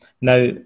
Now